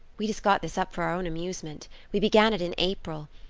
we just got this up for our own amusement. we began it in april.